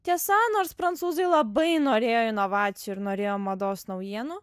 tiesa nors prancūzai labai norėjo inovacijų ir norėjo mados naujienų